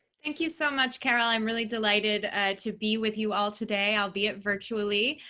thank you so much, carol. i'm really delighted to be with you all today, albeit virtually.